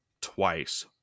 twice